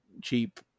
cheap